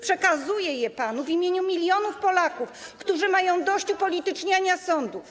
Przekazuje je panu w imieniu milionów Polaków, którzy mają dość upolityczniania sądów.